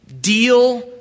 deal